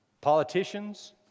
Politicians